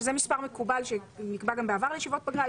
מספר מקובל שנקבע גם בעבר לישיבות פגרה.